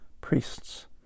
priests